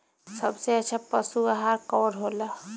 सबसे अच्छा पशु आहार कवन हो ला?